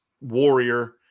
warrior